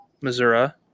Missouri